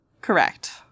Correct